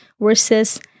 versus